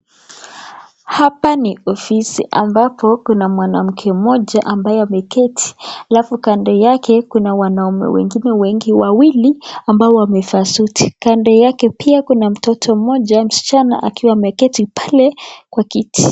Hapa ni ofisi ambapo kuna mwanamke mmoja ambaye ameketi. Alafu kando yake kuna wanaume wengine wengi wawili ambao wamevaa suti. Kando yake pia kuna mtoto mmoja msichana akiwa ameketi pale kwa kiti.